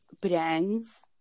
brands